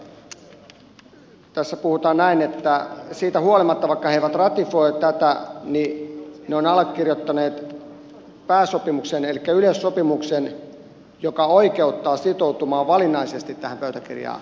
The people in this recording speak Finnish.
mutta tässä puhutaan näin että siitä huolimatta että ne eivät ratifioi tätä ne ovat allekirjoittaneet pääsopimuksen elikkä yleissopimuksen joka oikeuttaa sitoutumaan valinnaisesti tähän pöytäkirjaan